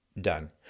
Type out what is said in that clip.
done